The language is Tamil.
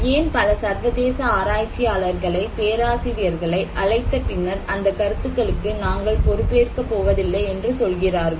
ஏன் பல சர்வதேச ஆராய்ச்சியாளர்களை பேராசிரியர்களை அழைத்தபின்னர் அந்த கருத்துக்களுக்கு நாங்கள் பொறுப்பேற்கப் போவதில்லை என்று சொல்கிறார்கள்